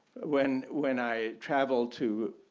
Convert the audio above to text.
when when i travel to,